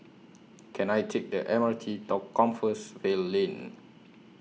Can I Take The M R T to Compassvale Lane